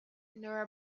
nor